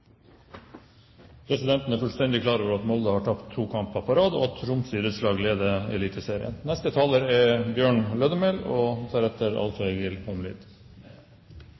Presidenten er fullstendig klar over at Molde har tapt to kamper på rad, og at Tromsø idrettslag leder eliteserien. Det verste er